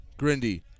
Grindy